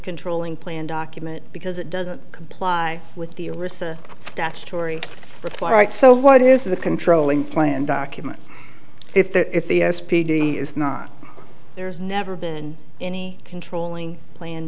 controlling plan document because it doesn't comply with the arista statutory but why it so what is the controlling plan document if the if the s p d is not there's never been any controlling plan